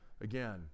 Again